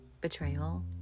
betrayal